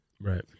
Right